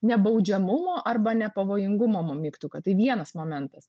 nebaudžiamumo arba nepavojingumo mygtuką tai vienas momentas